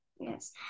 Yes